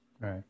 right